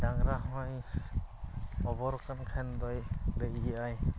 ᱰᱟᱝᱨᱟ ᱦᱚᱸᱭ ᱚᱵᱚᱨ ᱟᱠᱟᱱ ᱠᱷᱟᱱᱫᱚᱭ ᱞᱟᱹᱭᱮᱫ ᱟᱭ